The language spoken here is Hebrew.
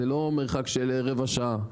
זה לא מרחק של רבע שעה,